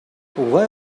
why